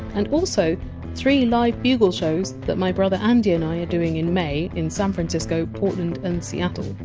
and also three live bugle shows that my brother andy and i are doing in may in san francisco, portland and seattle.